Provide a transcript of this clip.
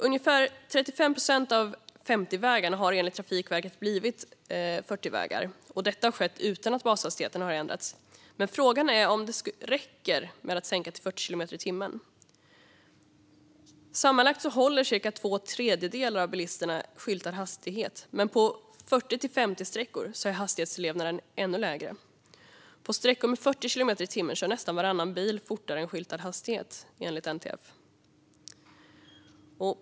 Ungefär 35 procent av 50-vägarna har enligt Trafikverket blivit 40-vägar. Detta har skett utan att bashastigheten har ändrats. Frågan är om det räcker att sänka till 40 kilometer i timmen. Sammanlagt håller cirka två tredjedelar av bilisterna skyltad hastighet, men på 40 och 50-sträckor är hastighetsefterlevnaden ännu lägre. På sträckor med 40 kilometer i timmen kör nästan varannan bil fortare än skyltad hastighet, enligt NTF. Fru talman!